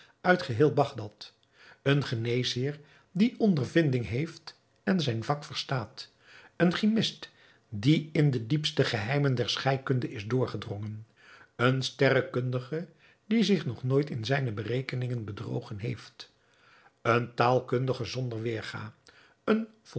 uit geheel bagdad een geneesheer die ondervinding heeft en zijn vak verstaat een chimist die in de diepste geheimen der scheikunde is doorgedrongen een sterrekundige die zich nog nooit in zijne berekeningen bedrogen heeft een taalkundige zonder weêrga een